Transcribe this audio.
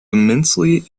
immensely